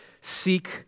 seek